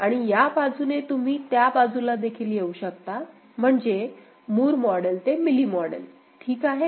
आणि या बाजूने तुम्ही त्या बाजूला देखील येऊ शकता म्हणजे मूर मॉडेल ते मिली मॉडेल ठीक आहे